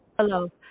Hello